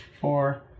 four